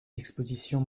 expositions